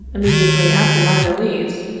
immediately after my release,